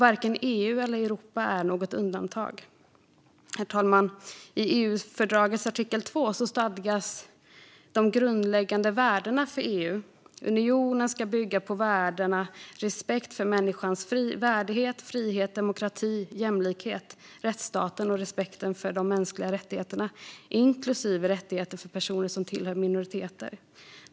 Varken EU eller Europa är något undantag. Herr talman! I EU-fördragets artikel 2 stadgas de grundläggande värdena för EU: "Unionen ska bygga på värdena respekt för människans värdighet, frihet, demokrati, jämlikhet, rättsstaten och respekt för de mänskliga rättigheterna, inklusive rättigheter för personer som tillhör minoriteter.